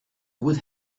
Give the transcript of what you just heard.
would